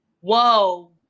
Whoa